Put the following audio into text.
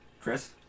Chris